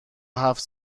هفت